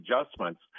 adjustments